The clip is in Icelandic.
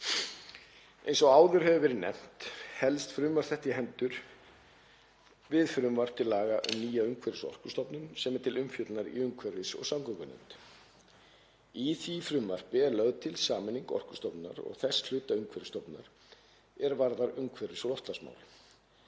Eins og áður hefur verið nefnt helst frumvarp þetta í hendur við frumvarp til laga um nýja umhverfis- og orkustofnun sem er til umfjöllunar í umhverfis- og samgöngunefnd. Í því frumvarpi er lögð til sameining Orkustofnunar og þess hluta Umhverfisstofnunar er varðar umhverfis- og loftslagsmál.